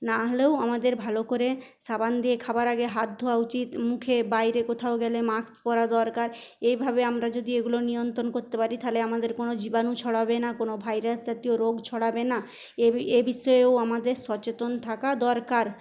না হলেও আমাদের ভালো করে সাবান দিয়ে খাবার আগে হাত ধোয়া উচিৎ মুখে বাইরে কোথাও গেলে মাস্ক পরা দরকার এইভাবে আমরা যদি এগুলো নিয়ন্ত্রণ করতে পারি তাহলে আমাদের কোনো জীবাণু ছড়াবে না কোনো ভাইরাসজাতীয় রোগ ছড়াবে না এই বিষয়েও আমাদের সচেতন থাকা দরকার